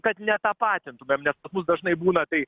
kad netapatintumėm nes pas mus dažnai būna tai